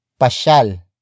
Pashal